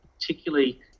particularly